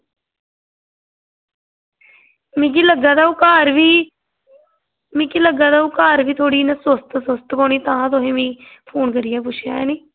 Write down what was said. मिगी लग्गा दा ओह् घर बी मिगी लग्गा दा ओह् घर बी थोह्ड़ी थोह्ड़ी सुस्त होनी तां गै फोन करियै पुच्छेआ ऐ नी